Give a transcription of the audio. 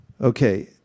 Okay